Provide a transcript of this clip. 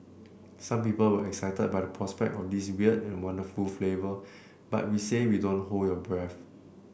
some people were excited by the prospect of this weird and wonderful flavour but we say we don't hold your breath